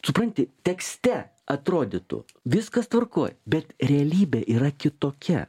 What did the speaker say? supranti tekste atrodytų viskas tvarkoj bet realybė yra kitokia